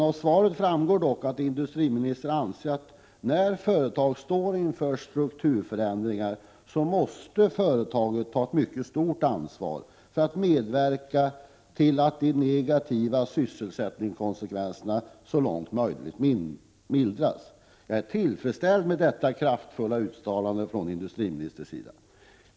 Av svaret framgår dock att industriministern anser, att när ett företag står inför strukturförändringar, måste företaget ta ett mycket stort ansvar för att medverka till att de negativa sysselsättningskonsekvenserna så långt möjligt mildras. Jag är tillfredsställd med detta kraftfulla uttalande från industriministerns sida.